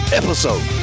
episode